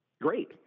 Great